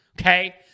okay